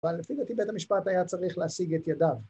אבל לפי דעתי בית המשפט היה צריך להשיג את ידיו